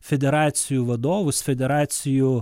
federacijų vadovus federacijų